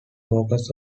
focus